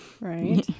Right